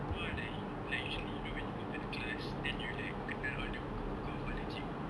more like like usually you know when you go to the class then you like kenal all the muka muka of all the cikgu